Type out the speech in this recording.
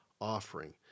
offering